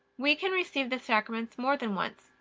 we can receive the sacraments more than once,